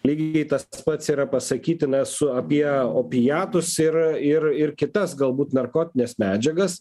lygiai tas pats yra pasakytina su apie opijatus ir ir ir kitas galbūt narkotines medžiagas